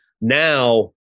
Now